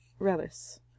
Relis